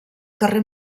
carrer